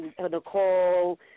Nicole